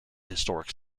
historic